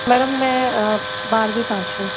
madam मैं बारहवी pass हूँ